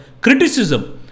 criticism